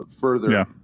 further